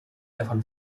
davon